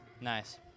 Nice